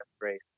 race